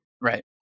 Right